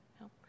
No